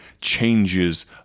changes